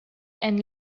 and